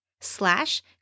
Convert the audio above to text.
slash